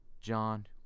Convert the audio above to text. John